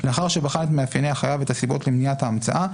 לאחר שבחן את מאפייני החייב ואת הסיבות למניעת ההמצאה,